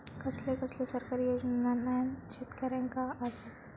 कसले कसले सरकारी योजना न्हान शेतकऱ्यांना आसत?